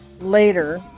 later